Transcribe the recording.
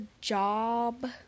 job